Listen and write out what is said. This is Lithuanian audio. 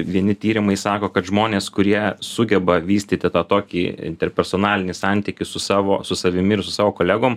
vieni tyrimai sako kad žmonės kurie sugeba vystyti tą tokį ir personalinį santykį su savo su savimi ir su savo kolegom